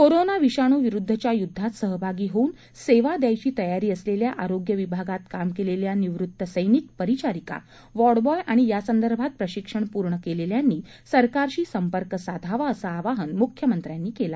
corona विषाणू विरुद्धच्या युद्धात सहभागी होऊन सेवा द्यायची तयारी असलेल्या आरोग्य विभागात काम केलेल्या निवृत्ती सर्टिक परिचारिका वार्डबॉय आणि यासंदर्भात प्रशिक्षण पूर्ण केलेल्यांनी सरकारशी संपर्क साधावा असं आवाहन मुख्यमंत्र्यांनी केलं